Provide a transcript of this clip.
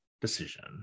decision